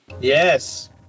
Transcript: yes